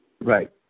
Right